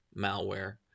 malware